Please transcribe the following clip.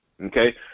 okay